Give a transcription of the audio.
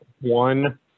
one